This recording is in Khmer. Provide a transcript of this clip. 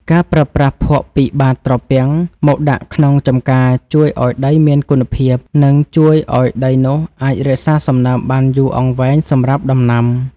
ការប្រើប្រាស់ភក់ពីបាតត្រពាំងមកដាក់ក្នុងចម្ការជួយឱ្យដីមានគុណភាព និងជួយឱ្យដីនោះអាចរក្សាសំណើមបានយូរអង្វែងសម្រាប់ដំណាំ។